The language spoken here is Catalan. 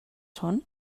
són